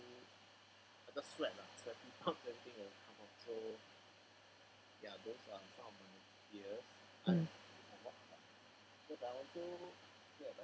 mm